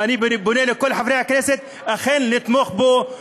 ואני פונה לכל חברי הכנסת לתמוך בו,